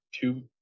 two